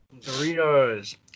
Doritos